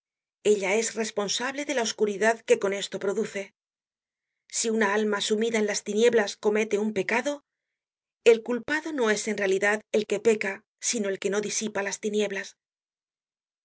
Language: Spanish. ella es responsable de la oscuridad que con esto produce si una alma sumida en las tinieblas comete un pecado el culpado no es en realidad el que peca sino el que no disipa las tinieblas